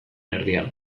erdian